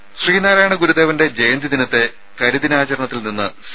രുമ ശ്രീനാരായണ ഗുരുദേവന്റെ ജയന്തി ദിനത്തെ കരിദിനാചരണത്തിൽ നിന്ന് സി